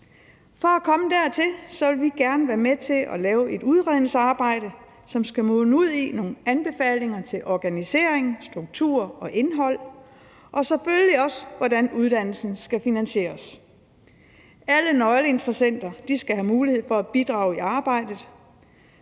For at komme dertil vil vi gerne være med til at lave et udredningsarbejde, som skal munde ud i nogle anbefalinger til organisering, struktur og indhold – og selvfølgelig også til, hvordan uddannelsen skal finansieres. Alle nøgleinteressenter skal have mulighed for at bidrage til arbejdet,